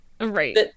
right